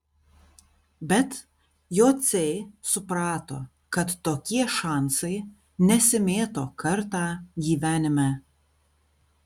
bet jociai suprato kad tokie šansai nesimėto kartą gyvenime